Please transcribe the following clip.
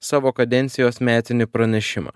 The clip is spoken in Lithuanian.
savo kadencijos metinį pranešimą